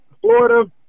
Florida